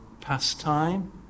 pastime